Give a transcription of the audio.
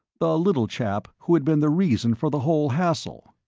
the little chap who had been the reason for the whole hassle.